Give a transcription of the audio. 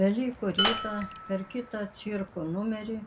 velykų rytą per kitą cirko numerį